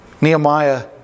Nehemiah